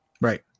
right